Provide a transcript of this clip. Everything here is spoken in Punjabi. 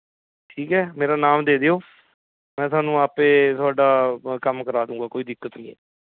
ਠੀਕ ਹੈ ਮੇਰਾ ਨਾਮ ਦੇ ਦਿਓ ਮੈਂ ਤੁਹਾਨੂੰ ਆਪੇ ਤੁਹਾਡਾ ਕੰਮ ਕਰਾਦੂੰਗਾ ਕੋਈ ਦਿੱਕਤ ਨਹੀਂ ਹੈ